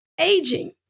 aging